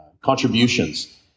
contributions